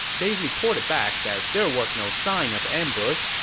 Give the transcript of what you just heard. they reported back that there was no sign of ambush,